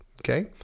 Okay